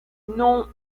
non